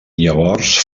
llavors